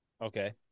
Okay